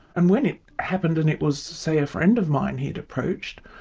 and when it happened and it was, say, a friend of mine he'd approached,